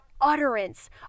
utterance